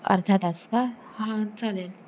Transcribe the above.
अर्धा तास का हां चालेल